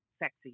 Sexy